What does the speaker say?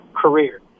career